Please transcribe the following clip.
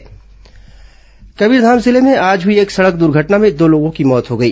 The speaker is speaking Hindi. सड़क दुर्घटना कबीरधाम जिले में आज हुई एक सड़क दुर्घटना में दो लोगों की मौत हो गई